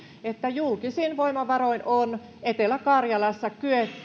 julkisin voimavaroin on etelä karjalassa kyetty